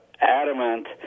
adamant